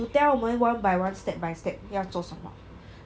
to tell 我们 one by one step by step 要做什么